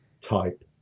type